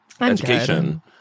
education